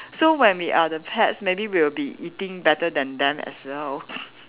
so when we are the pets maybe we'll be eating better than them as well